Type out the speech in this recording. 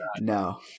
No